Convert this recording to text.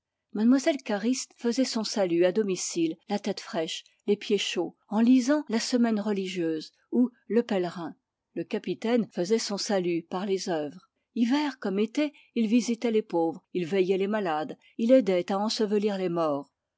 mlle cariste faisait son salut à domicile la tête fraîche les pieds chauds en lisant la semaine religieuse ou le pèlerin le capitaine faisait son salut par les œuvres hiver comme été il visitait les pauvres il aidait à ensevelir les morts